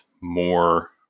more